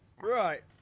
Right